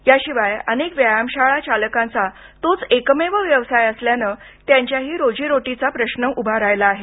याशिवाय अनेक व्यायामशाळा चालकांचा तोच एकमेव व्यवसाय असल्यानं त्यांच्याही रोजीरोटीचाही मोठा प्रश्न उभा राहिला आहे